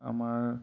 আমাৰ